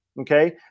okay